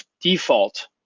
default